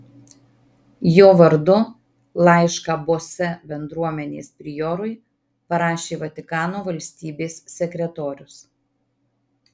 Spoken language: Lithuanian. jo vardu laišką bose bendruomenės priorui parašė vatikano valstybės sekretorius